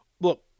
Look